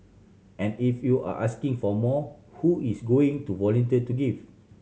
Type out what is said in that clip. and if you are asking for more who is going to volunteer to give